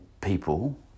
people